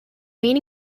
main